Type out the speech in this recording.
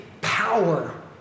power